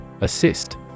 Assist